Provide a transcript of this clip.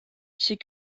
ces